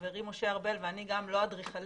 חברי משה ארבל ואני לא אדריכלים,